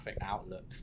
outlook